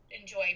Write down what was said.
enjoy